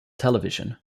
television